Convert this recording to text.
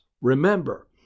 Remember